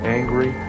angry